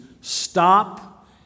stop